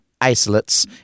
isolates